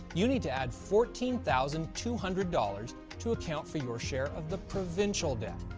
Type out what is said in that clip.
you need to add fourteen thousand two hundred dollars to account for your share of the provincial debt.